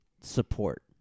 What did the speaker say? support